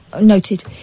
noted